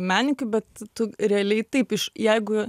menininkui bet tu realiai taip iš jeigu